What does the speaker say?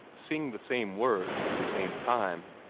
sing the same words at the same time,